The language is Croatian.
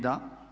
Da.